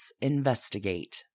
investigate